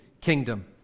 kingdom